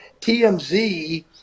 tmz